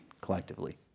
collectively